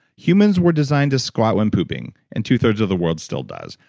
humans were designed to squat when pooping and two-thirds of the world still does.